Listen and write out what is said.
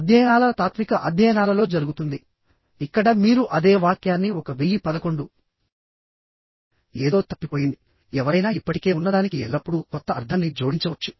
అధ్యయనాల తాత్విక అధ్యయనాలలో జరుగుతుంది ఇక్కడ మీరు అదే వాక్యాన్ని 1011 ఏదో తప్పిపోయింది ఎవరైనా ఇప్పటికే ఉన్నదానికి ఎల్లప్పుడూ కొత్త అర్ధాన్ని జోడించవచ్చు